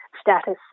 Status